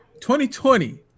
2020